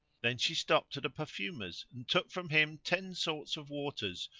then she stopped at a perfumer's and took from him ten sorts of waters,